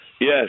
Yes